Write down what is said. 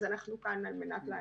אנחנו כאן על מנת לענות.